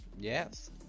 yes